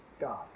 God